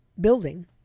building